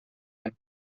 han